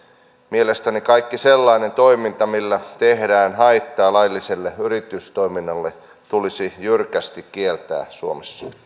mielestäni kaikki sellainen toiminta millä tehdään haittaa lailliselle yritystoiminnalle tulisi jyrkästi kieltää suomessa s